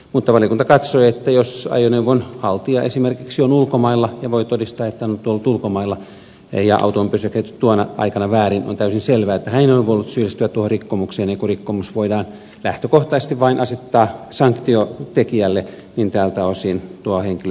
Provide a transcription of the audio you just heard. mutta valiokunta katsoi että jos ajoneuvon haltija esimerkiksi on ulkomailla ja voi todistaa että on ollut ulkomailla ja auto on pysäköity tuona aikana väärin on täysin selvää että hän ei ole voinut syyllistyä tuohon rikkomukseen ja kun rikkomuksesta voidaan lähtökohtaisesti asettaa sanktio vain tekijälle niin tältä osin tuo henkilö voisi vapautua